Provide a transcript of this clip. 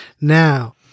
Now